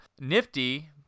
Nifty